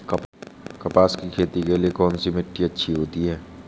कपास की खेती के लिए कौन सी मिट्टी अच्छी होती है?